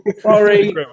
Sorry